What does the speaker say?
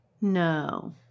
no